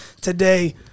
today